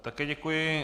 Také děkuji.